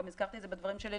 גם הזכרתי את זה בדברים שלי.